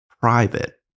private